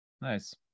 nice